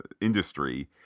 industry